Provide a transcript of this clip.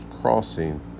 crossing